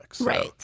Right